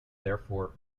therefore